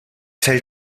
fällt